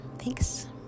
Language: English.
Thanks